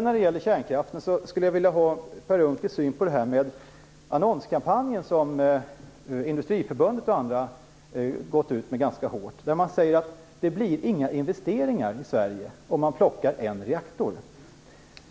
När det gäller kärnkraften skulle jag vilja veta vad Per Unckel har för syn på den annonskampanj som Industriförbundet och andra har gått ut med ganska hårt. Man säger att det inte blir några investeringar i Sverige om man plockar en reaktor.